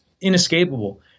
inescapable